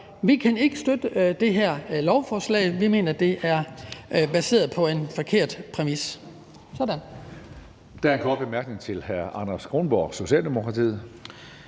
vi kan ikke støtte det her lovforslag. Vi mener, det er baseret på en forkert præmis.